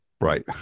Right